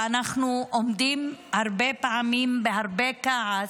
ואנחנו עומדים הרבה פעמים בהרבה כעס,